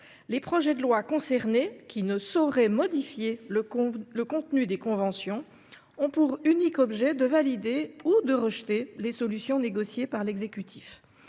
Les projets de loi concernés, qui ne sauraient modifier le contenu des conventions, ont pour unique objet de valider ou de rejeter les solutions négociées par l’exécutif.